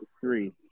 three